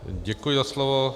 Děkuji za slovo.